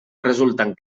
resulten